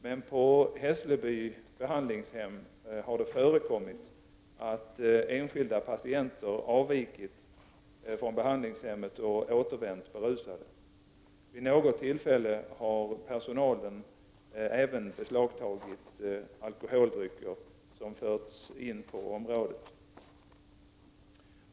Men på Hessleby behandlingshem har det förekommit att enskilda patienter avvikit från behandlingshemmet och återvänt berusade. Vid något tillfälle har personalen även beslagtagit alkoholdrycker som förts in på området.